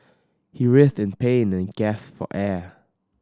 he writhed in pain and gasped for air